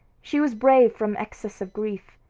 she was brave from excess of grief.